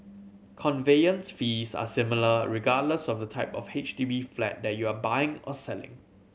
conveyance fees are similar regardless of the type of H D B flat that you are buying or selling